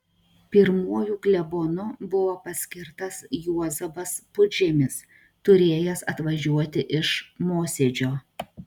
pirmuoju klebonu buvo paskirtas juozapas pudžemis turėjęs atvažiuoti iš mosėdžio